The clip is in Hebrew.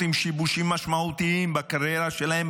עם שיבושים משמעותיים בקריירה שלהם,